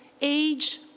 age